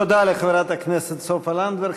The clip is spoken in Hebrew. תודה לחברת הכנסת סופה לנדבר.